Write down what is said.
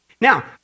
Now